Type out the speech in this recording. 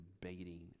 debating